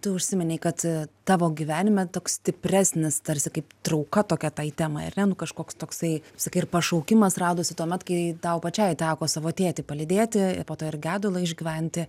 tu užsiminei kad tavo gyvenime toks stipresnis tarsi kaip trauka tokia tai temai ar ne nu kažkoks toksai sakai ir pašaukimas radosi tuomet kai tau pačiai teko savo tėtį palydėti ir po to ir gedulą išgyventi